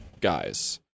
guys